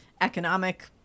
economic